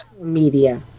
media